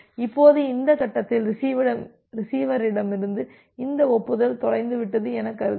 இப்போது இந்த கட்டத்தில் ரிசீவரிடமிருந்து இந்த ஒப்புதல் தொலைந்துவிட்டது என கருதுங்கள்